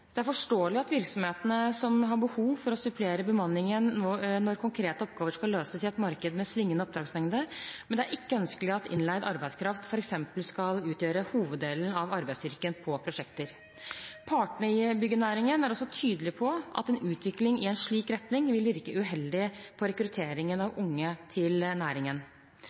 Det er forståelig at virksomhetene har behov for å supplere bemanningen når konkrete oppgaver skal løses i et marked med svingende oppdragsmengde, men det er ikke ønskelig at innleid arbeidskraft f.eks. skal utgjøre hoveddelen av arbeidsstyrken på prosjekter. Partene i byggenæringen er også tydelige på at en utvikling i en slik retning vil virke uheldig på rekrutteringen av unge til næringen.